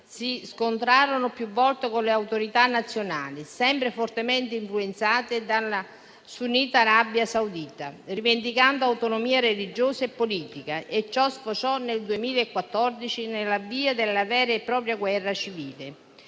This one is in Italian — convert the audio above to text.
si scontrarono più volte con le autorità nazionali, sempre fortemente influenzate dalla sunnita Arabia Saudita, rivendicando autonomia religiosa e politica, e ciò sfociò nel 2014 nell'avvio della vera e propria guerra civile.